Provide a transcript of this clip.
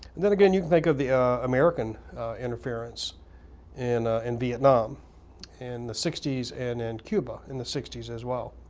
and then again, you can think of the ah american interference in in vietnam in the sixty s, and then and cuba in the sixty s as well.